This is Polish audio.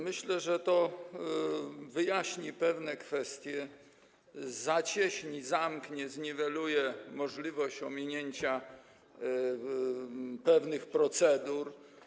Myślę, że to wyjaśni pewne kwestie, zacieśni, zamknie, zniweluje możliwość ominięcia pewnych procedur.